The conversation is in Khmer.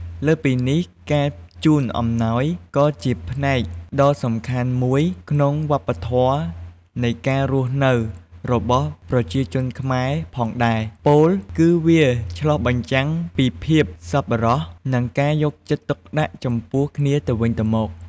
លើសពីនេះ ការជូនអំណោយក៏ជាផ្នែកដ៏សំខាន់មួយក្នុងវប្បធម៌នៃការរស់នៅរបស់ប្រជាជនខ្មែរផងដែរ ពោលគឺវាឆ្លុះបញ្ចាំងពីភាពសប្បុរស និងការយកចិត្តទុកដាក់ចំពោះគ្នាទៅវិញទៅមក។